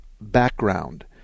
background